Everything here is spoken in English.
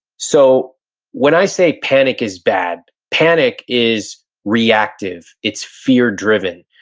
so when i say, panic is bad, panic is reactive, it's fear-driven,